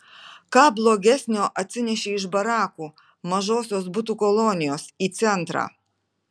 ką blogesnio atsinešei iš barakų mažosios butų kolonijos į centrą